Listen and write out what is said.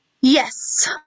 Yes